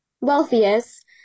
wealthiest